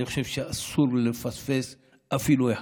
אני חושב שאסור לפספס אפילו אחד.